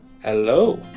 Hello